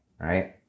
right